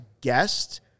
guest